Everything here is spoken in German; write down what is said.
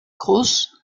cruz